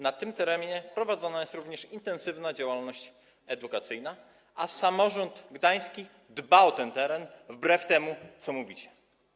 Na tym terenie prowadzona jest również intensywna działalność edukacyjna, a samorząd gdański dba o ten teren wbrew temu, co mówicie.